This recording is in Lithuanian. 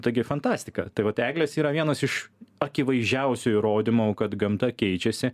taigi fantastika tai vat eglės yra vienas iš akivaizdžiausių įrodymų kad gamta keičiasi